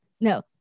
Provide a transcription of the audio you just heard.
no